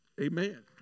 Amen